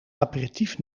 aperitief